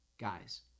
Guys